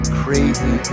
crazy